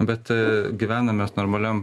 bet gyvenam mes normaliam